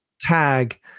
tag